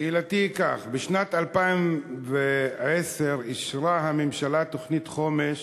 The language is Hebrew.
שאלתי היא כך: בשנת 2010 אישרה הממשלה תוכנית חומש